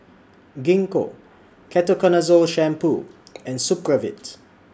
Gingko Ketoconazole Shampoo and Supravit